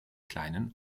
kleinen